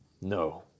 No